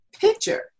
picture